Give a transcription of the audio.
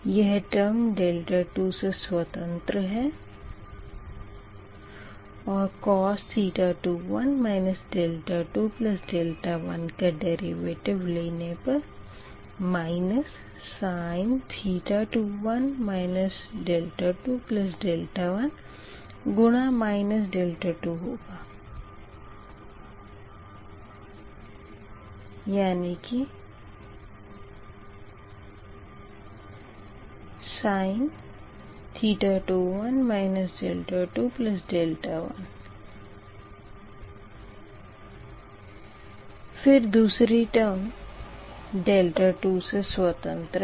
यह टर्म 2 से स्वतंत्र है और cos 21 21 का डेरिवेटिव लेने पर sin 21 21 गुणा 1 होगा यानी कि sin 21 21 फिर दूसरी टर्म 2 से स्वतंत्र है